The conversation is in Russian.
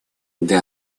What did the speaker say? для